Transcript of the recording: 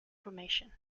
formation